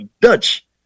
Dutch